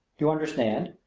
you understand?